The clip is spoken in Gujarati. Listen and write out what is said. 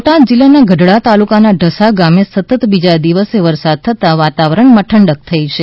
બોટાદ જિલ્લાના ગઢડા તાલુકાના ઢસા ગામે સતત બીજા દિવસે વરસાદ થતાં વાતાવરણમાં ઠંડક થઇ છે